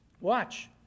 Watch